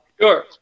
Sure